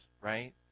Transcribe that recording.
right